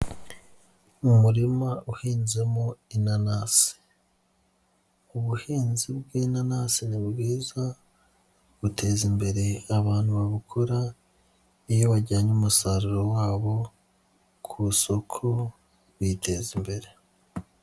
Ni umurima uhinzemo inanasi, ubuhinzi bw'inanasi ni bwiza, buteza imbere abantu babukora iyo bajyanye umusaruro wabo ku isoko biteza imbere.